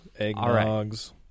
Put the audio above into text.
eggnogs